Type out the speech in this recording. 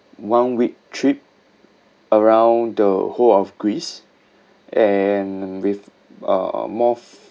one week trip around the whole of greece and with uh more